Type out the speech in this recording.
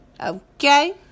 okay